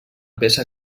peça